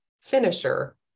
finisher